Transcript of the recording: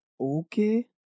okay